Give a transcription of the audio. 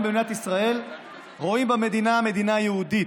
במדינת ישראל רואים במדינה מדינה יהודית.